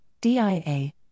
DIA